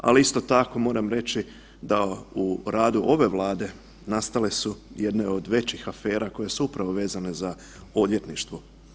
Ali isto tako moram reći da u radu ove Vlade nastale su jedne od većih afera koje su upravo vezane za odvjetništvo.